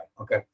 okay